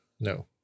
No